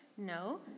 No